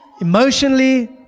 emotionally